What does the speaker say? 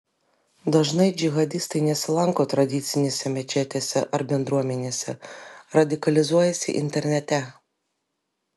dažnai džihadistai nesilanko tradicinėse mečetėse ar bendruomenėse radikalizuojasi internete